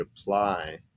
apply